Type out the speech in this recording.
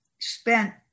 spent